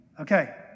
Okay